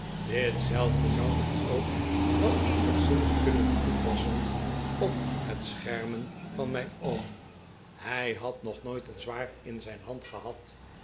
ditzelfde zou men ook wel eenigszins kunnen toepassen op het schermen van mijn oom hij had nog nooit een zwaard in zijn hand gehad